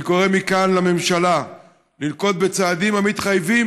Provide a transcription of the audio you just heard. אני קורא מכאן לממשלה לנקוט את הצעדים המתחייבים